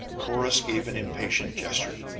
corrus gave an impatient gesture.